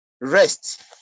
rest